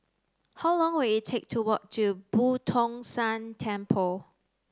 how long will it take to walk to Boo Tong San Temple